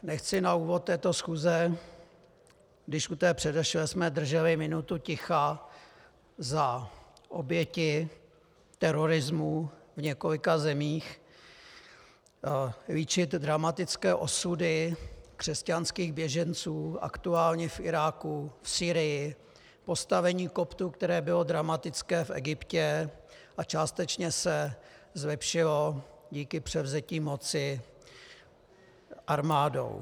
Nechci na úvod této schůze, když u té předešlé jsme drželi minutu ticha za oběti terorismu v několika zemích, líčit dramatické osudy křesťanských běženců, aktuálně v Iráku, Sýrii, postavení koptů, které bylo dramatické v Egyptě a částečně se zlepšilo díky převzetí moci armádou.